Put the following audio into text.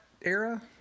era